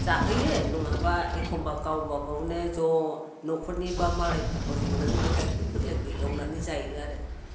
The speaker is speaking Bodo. जाहोयो नङाबा एखमबा गावबागावनो ज' न'खरनि बा मालायफोरखौ लेंनानै बे गायखेर गोरलैखौ एवनानै जायो आरो